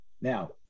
Now